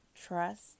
trust